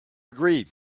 agree